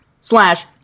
slash